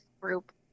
group